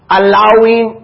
allowing